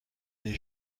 des